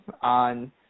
on